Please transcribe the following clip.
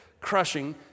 crushing